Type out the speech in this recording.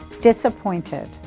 Disappointed